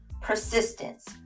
persistence